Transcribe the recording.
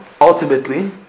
ultimately